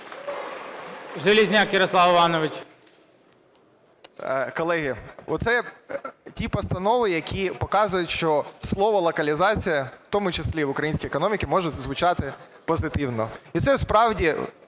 ЖЕЛЕЗНЯК Я.І. Колеги, оце ті постанови, які показують, що слово "локалізація", в тому числі і в українській економіці, може звучати позитивно. І це справді